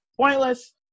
pointless